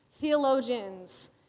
theologians